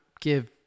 give